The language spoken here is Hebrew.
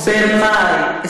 הם לא מפרסמים את זה.